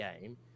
game